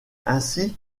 ainsi